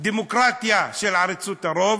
דמוקרטיה של עריצות הרוב,